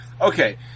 Okay